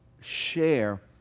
share